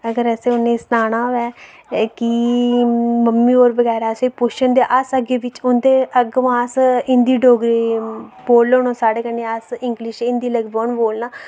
अगर इनेंगी असैं सनाना होऐ जे मम्मी होर बगैरा असेंगी पुछन अगमां दा अस डोगरी बोलन साढ़े कन्नै अस इंगलिश हिन्दी बोलन लगी पौन